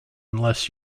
unless